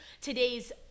today's